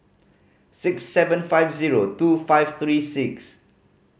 six seven five zero two five three six